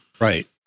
Right